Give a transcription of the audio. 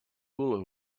hula